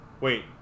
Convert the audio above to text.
Wait